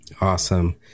Awesome